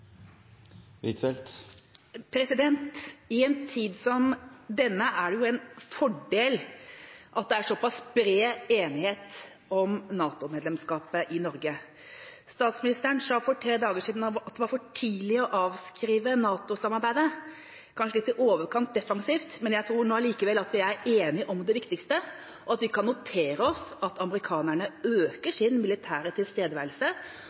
det en fordel at det er såpass bred enighet om NATO-medlemskapet i Norge. Statsministeren sa for tre dager siden at det er for tidlig å avskrive NATO-samarbeidet. Det er kanskje litt i overkant defensivt, men jeg tror likevel de er enige om det viktigste, og at vi kan notere oss at amerikanerne øker sin militære tilstedeværelse